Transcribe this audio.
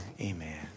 amen